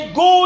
go